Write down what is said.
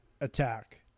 attack